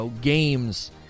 games